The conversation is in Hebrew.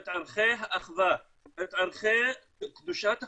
את ערכי האחווה, את ערכי קדושת החיים.